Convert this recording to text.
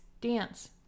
Dance